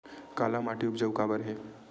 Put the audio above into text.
काला माटी उपजाऊ काबर हे?